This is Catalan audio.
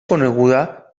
coneguda